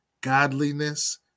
godliness